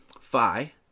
Phi